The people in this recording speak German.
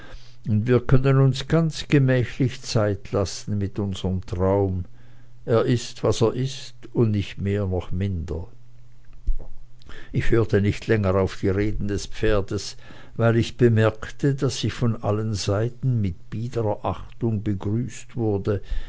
und wir können uns ganz gemächlich zeit lassen mit unserm traum er ist was er ist und nicht mehr noch minder ich hörte nicht länger auf die reden des pferdes weil ich bemerkte daß ich von allen seiten mit biederer achtung begrüßt wurde